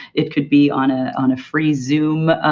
it could be on ah on a free zoom